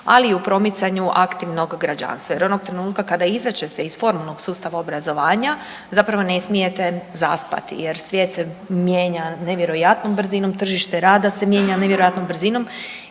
ali i u promicanju aktivnog građanstava. Jer onog trenutka kada izađe se iz formalnog sustava obrazovanja zapravo ne smijete zaspati jer svijet se mijenja nevjerojatnom brzinom, tržište rada se mijenja nevjerojatnom brzinom